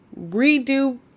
redo